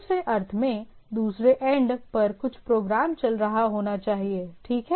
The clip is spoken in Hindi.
दूसरे अर्थ में दूसरे एंड पर कुछ प्रोग्राम चल रहा होना चाहिए ठीक है